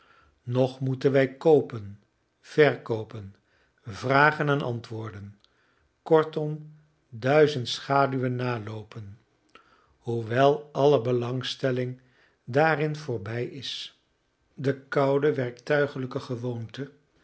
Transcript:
ontwaken nog moeten wij koopen verkoopen vragen en antwoorden kortom duizend schaduwen naloopen hoewel alle belangstelling daarin voorbij is de koude werktuigelijke gewoonte